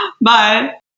Bye